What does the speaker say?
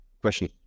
Question